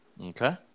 Okay